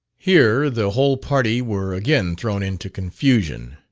here the whole party were again thrown into confusion.